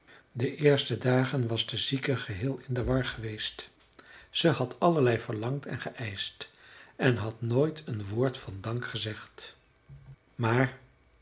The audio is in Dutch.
de eerste dagen was de zieke geheel in de war geweest ze had allerlei verlangd en geëischt en had nooit een woord van dank gezegd maar